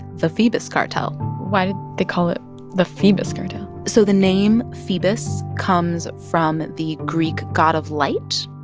the phoebus cartel why did they call it the phoebus cartel? so the name phoebus comes from the greek god of light,